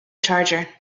charger